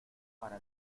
para